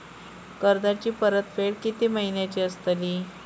कर्जाची परतफेड कीती महिन्याची असतली?